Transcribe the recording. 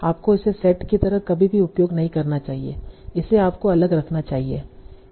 आपको इसे सेट की तरह कभी भी उपयोग नहीं करना चाहिए इसे आपको अलग रखना चाहिए